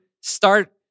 start